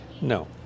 No